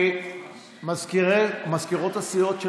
מזכירות הסיעות,